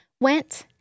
went